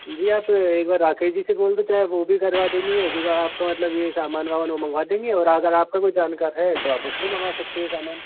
जी आप तो एक बार राकेश जी से बोल दो चाहे वो भी करवा देंगे जैसा आपका मतलब ये सामान वामान वो मंगवा देंगे और अगर आपका कोई जानकार है तो आप उस्से ही मंगवा सकती हैं ये सामान